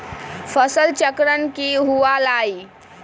फसल चक्रण की हुआ लाई?